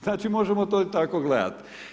Znači, možemo to i tako gledati.